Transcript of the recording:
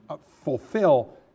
fulfill